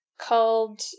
called